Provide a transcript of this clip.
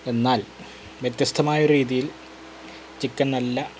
എന്നാൽ വ്യത്യസ്തമായ ഒരു രീതിയിൽ ചിക്കൻ നല്ല